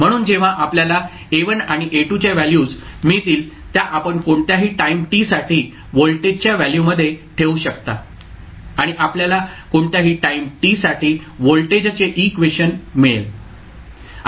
म्हणून जेव्हा आपल्याला A1 आणि A2 च्या व्हॅल्यूस् मिळतील त्या आपण कोणत्याही टाईम t साठी व्होल्टेजच्या व्हॅल्यूमध्ये ठेवू शकता आणि आपल्याला कोणत्याही टाईम t साठी व्होल्टेज चे इक्वेशन मिळेल